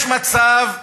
יש מצב,